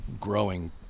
growing